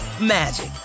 magic